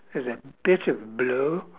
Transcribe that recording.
is a bit of blue